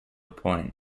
point